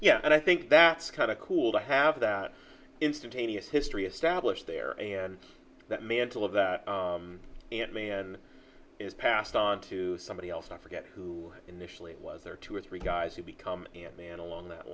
yeah and i think that's kind of cool to have that instantaneous history established there and that mantle of that and man is passed on to somebody else i forget who initially it was there are two or three guys who become ant man along that